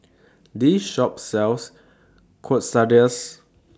This Shop sells Quesadillas